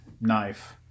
Knife